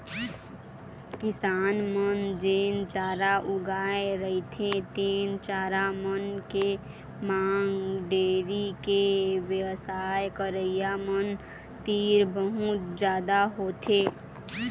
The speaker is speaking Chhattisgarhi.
किसान मन जेन चारा उगाए रहिथे तेन चारा मन के मांग डेयरी के बेवसाय करइया मन तीर बहुत जादा होथे